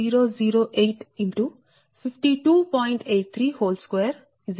832 0